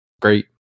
great